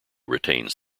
retains